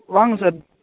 வாங்க சார்